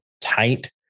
tight